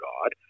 God